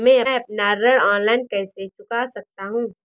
मैं अपना ऋण ऑनलाइन कैसे चुका सकता हूँ?